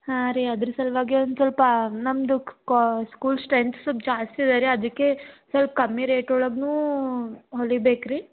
ಹಾಂ ರೀ ಅದ್ರ ಸಲುವಾಗೆ ಒನ್ ಸ್ವಲ್ಪಾ ನಮ್ದು ಕ್ ಕಾ ಸ್ಕೂಲ್ ಸ್ಟ್ರೆಂತ್ ಸ್ವಲ್ಪ್ ಜಾಸ್ತಿ ಅದ ರೀ ಅದಕ್ಕೆ ಸ್ವಲ್ಪ್ ಕಮ್ಮಿ ರೇಟ್ ಒಳಗೂ ಹೊಲಿಬೇಕು ರೀ